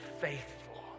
faithful